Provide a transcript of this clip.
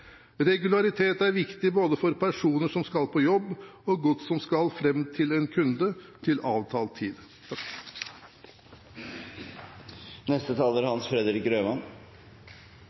Regularitet er viktig både for personer som skal på jobb, og for gods som skal fram til en kunde til avtalt tid. Forslaget vi har til behandling i dag, er